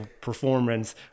performance